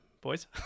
boys